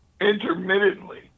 intermittently